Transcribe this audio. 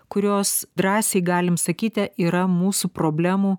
kurios drąsiai galim sakyti yra mūsų problemų